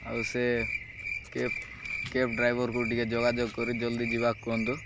ଆଉ ସେ cab cab ଡ୍ରାଇଭରକୁ ଟିକେ ଯୋଗାଯୋଗ କରି ଜଲ୍ଦି ଯିବାକୁ କୁହନ୍ତୁ